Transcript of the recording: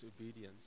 obedience